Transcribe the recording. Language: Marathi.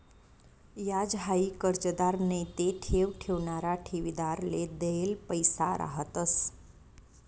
याज हाई कर्जदार नैते ठेव ठेवणारा ठेवीदारले देल पैसा रहातंस